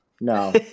No